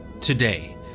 today